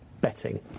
betting